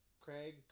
Craig